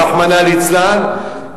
רחמנא ליצלן,